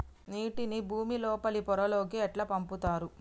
నీటిని భుమి లోపలి పొరలలోకి ఎట్లా పంపుతరు?